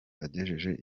agejeje